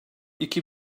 iki